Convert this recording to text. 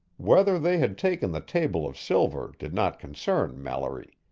whether they had taken the table of silver did not concern mallory,